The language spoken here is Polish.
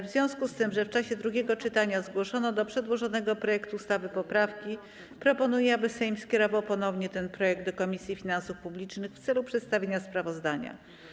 W związku z tym, że w czasie drugiego czytania zgłoszono do przedłożonego projektu ustawy poprawki, proponuję, aby Sejm skierował ponownie ten projekt do Komisji Finansów Publicznych w celu przedstawienia sprawozdania.